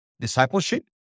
discipleship